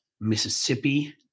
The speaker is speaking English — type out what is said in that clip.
Mississippi